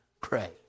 pray